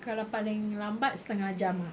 kalau paling lambat setengah jam